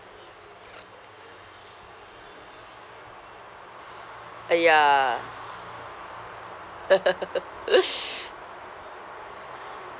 !aiya!